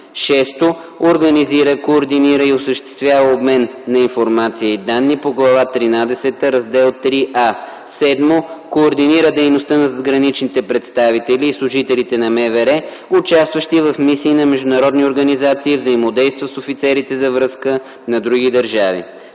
(ШИС); 6. организира, координира и осъществява обмен на информация и данни по Глава тринадесета, Раздел IIIа; 7. координира дейността на задграничните представители и служителите на МВР, участващи в мисии на международни организации и взаимодейства с офицерите за връзка на други държави.